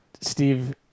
Steve